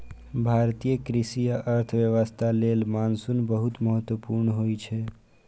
भारतीय कृषि आ अर्थव्यवस्था लेल मानसून बहुत महत्वपूर्ण होइ छै